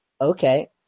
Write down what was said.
Okay